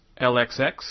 LXX